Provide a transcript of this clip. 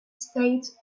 states